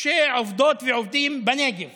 שעובדות בנגב